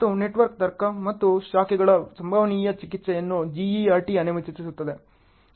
ಮತ್ತು ನೆಟ್ವರ್ಕ್ ತರ್ಕ ಮತ್ತು ಶಾಖೆಗಳ ಸಂಭವನೀಯ ಚಿಕಿತ್ಸೆಯನ್ನು GERT ಅನುಮತಿಸುತ್ತದೆ